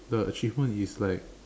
the achievement is like